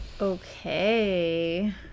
okay